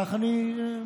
כך אני תופס,